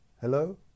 hello